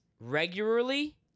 regularly